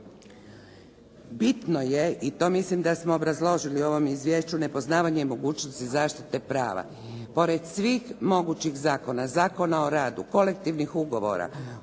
Bitno je i to mislim da smo obrazložili u ovom izvješću, nepoznavanje mogućnosti zaštite prava. Pored svih mogućih zakona, Zakona o radu, kolektivnih ugovora